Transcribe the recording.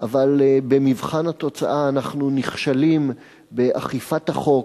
אבל במבחן התוצאה אנחנו נכשלים באכיפת החוק,